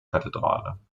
kathedrale